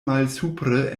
malsupre